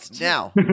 Now